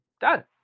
Done